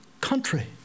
country